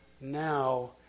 now